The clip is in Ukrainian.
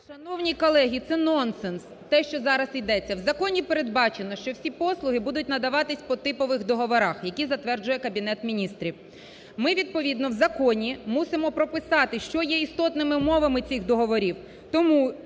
Шановні колеги, це нонсенс те, що зараз йдеться. В законі передбачено, що всі послуги будуть надаватись по типових договорах, які затверджує Кабінет Міністрів. Ми відповідно в законі мусимо прописати, що є істотними умовами цих договорів.